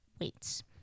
weights